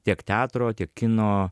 tiek teatro tiek kino